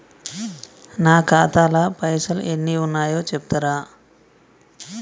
నా ఖాతా లా పైసల్ ఎన్ని ఉన్నాయో చెప్తరా?